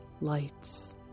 lights